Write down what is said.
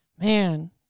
man